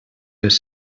les